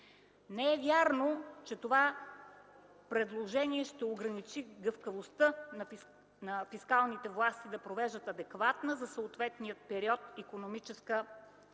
Не е вярно, че това предложение ще ограничи гъвкавостта на фискалните власти да провеждат адекватна за съответния период икономическа приходна